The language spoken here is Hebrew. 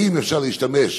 האם אפשר להשתמש,